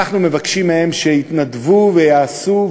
אנחנו מבקשים מהם שיתנדבו ויעשו,